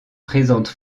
présentent